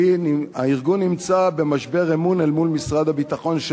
כי הארגון נמצא במשבר אמון אל מול משרד הביטחון,